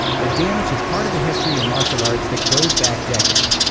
the damage is part of a history in martial arts that goes back decades,